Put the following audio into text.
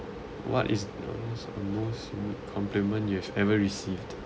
what is the most oddest compliment you've ever received